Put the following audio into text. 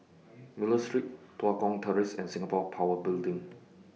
Miller Street Tua Kong Terrace and Singapore Power Building